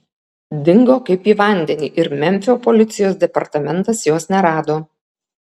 dingo kaip į vandenį ir memfio policijos departamentas jos nerado